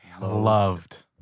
loved